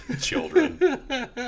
Children